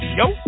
yo